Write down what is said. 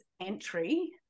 entry